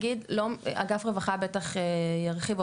אגף רווחה בטח ירחיבו,